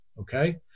okay